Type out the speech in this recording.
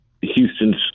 Houston's